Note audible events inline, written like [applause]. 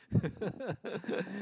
[laughs]